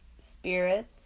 spirits